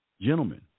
Gentlemen